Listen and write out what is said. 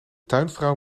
tuinvrouw